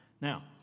Now